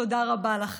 תודה רבה לכם.